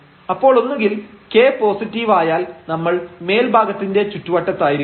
അപ്പോൾ ഒന്നുകിൽ k positive ആയാൽ നമ്മൾ മേൽ ഭാഗത്തിന്റെ ചുറ്റുവട്ടത്തായിരിക്കും